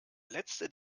letzte